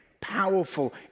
Powerful